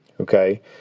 okay